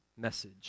message